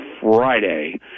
Friday